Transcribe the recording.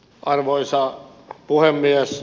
arvoisa puhemies